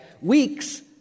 Weeks